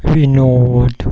विनोद